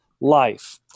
life